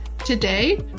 Today